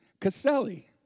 Caselli